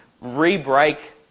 re-break